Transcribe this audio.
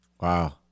wow